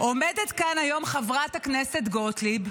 עומדת כאן היום חברת הכנסת גוטליב,